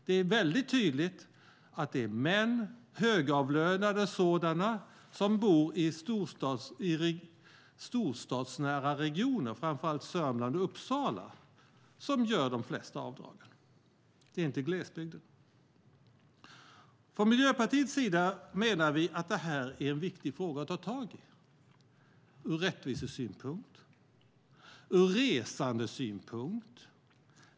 Det är väldigt tydligt att det är högavlönade män som bor i storstadsnära regioner, framför allt i Sörmland och i Uppsala, som gör de flesta avdragen. Det är inte i glesbygden. Från Miljöpartiets sida menar vi att det här är en viktig fråga att ta tag i ur rättvisesynpunkt och ur resandesynpunkt.